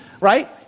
right